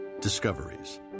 Discoveries